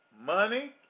Money